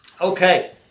Okay